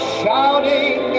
shouting